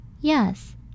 Yes